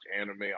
anime